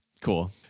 cool